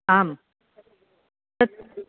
आं तत्